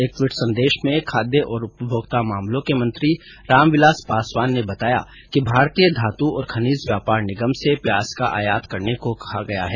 एक ट्वीट संदेश में खाद्य और उपभोक्ता मामलों के मंत्री रामविलास पासवान ने बताया कि भारतीय धातु और खनिज व्यापार निगम से प्याज का आयात करने को कहा गया है